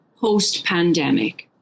post-pandemic